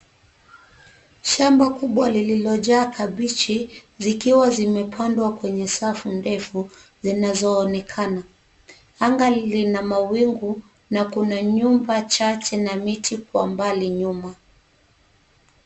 Shamba kubwa lililojaa kabichi zikiwa zimepandwa kwenye safu ndefu zinazoonekana. Anga lina mawingu na kuna nyumba chache na miti kwa mbali nyuma.